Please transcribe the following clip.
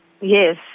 Yes